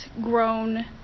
grown